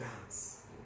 dance